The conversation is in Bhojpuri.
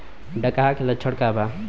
डकहा के लक्षण का वा?